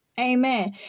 Amen